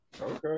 Okay